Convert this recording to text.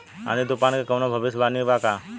आँधी तूफान के कवनों भविष्य वानी बा की?